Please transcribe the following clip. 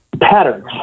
Patterns